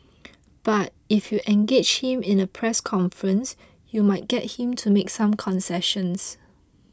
but if you engage him in a press conference you might get him to make some concessions